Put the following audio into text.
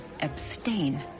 abstain